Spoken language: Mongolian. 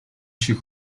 шиг